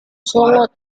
sangat